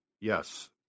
Yes